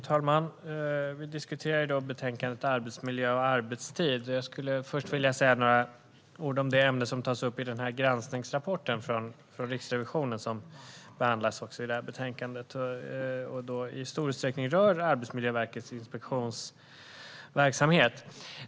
Fru talman! Vi debatterar i dag betänkandet Arbetsmiljö och arbetstid . Jag skulle först vilja säga några ord om ett ämne som tas upp i den granskningsrapport från Riksrevisionen som behandlas i detta betänkande och i stor utsträckning rör Arbetsmiljöverkets inspektionsverksamhet.